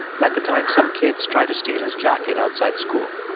like the time some kids tried to steal his jacket outside school.